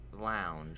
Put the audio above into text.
lounge